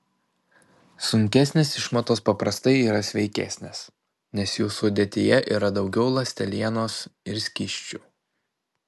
sunkesnės išmatos paprastai yra sveikesnės nes jų sudėtyje yra daugiau ląstelienos ir skysčių